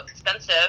expensive